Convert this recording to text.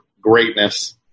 greatness